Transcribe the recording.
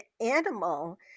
animal